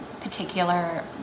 particular